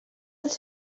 els